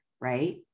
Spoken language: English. right